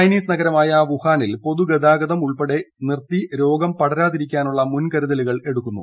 Chinese നഗരമായ വുഹാനിൽ പൊതുഗതാഗതം ഉൾപ്പെടെ നിർത്തി രോഗം പടരാതിരിക്കാനുള്ള മുൻകരുതലുകൾ എടുക്കുന്നു